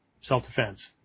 Self-Defense